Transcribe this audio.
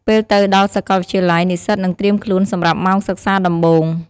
ពេលទៅដល់សាកលវិទ្យាល័យ និស្សិតនឹងត្រៀមខ្លួនសម្រាប់ម៉ោងសិក្សាដំបូង។